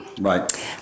right